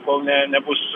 kol ne nebus